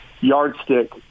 yardstick